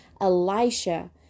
Elisha